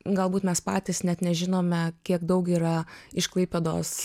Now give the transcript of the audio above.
galbūt mes patys net nežinome kiek daug yra iš klaipėdos